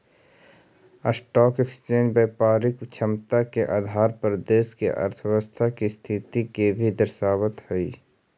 stock exchange व्यापारिक क्षमता के आधार पर देश के अर्थव्यवस्था के स्थिति के भी दर्शावऽ हई